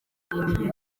agira